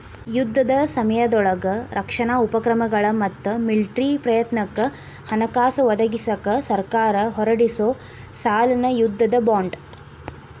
ಯುದ್ಧದ ಸಮಯದೊಳಗ ರಕ್ಷಣಾ ಉಪಕ್ರಮಗಳ ಮತ್ತ ಮಿಲಿಟರಿ ಪ್ರಯತ್ನಕ್ಕ ಹಣಕಾಸ ಒದಗಿಸಕ ಸರ್ಕಾರ ಹೊರಡಿಸೊ ಸಾಲನ ಯುದ್ಧದ ಬಾಂಡ್